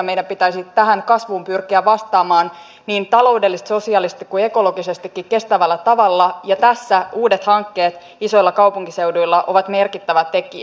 meidän pitäisi tähän kasvuun pyrkiä vastaamaan niin taloudellisesti sosiaalisesti kuin ekologisestikin kestävällä tavalla ja tässä uudet hankkeet isoilla kaupunkiseuduilla ovat merkittävä tekijä